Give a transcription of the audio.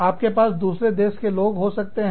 आपके पास दूसरे देश के लोग हो सकते हैं